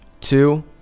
Two